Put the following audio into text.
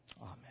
Amen